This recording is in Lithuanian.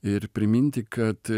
ir priminti kad